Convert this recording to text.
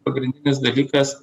pagrindinis dalykas